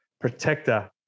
protector